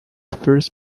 first